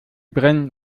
brennen